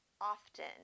often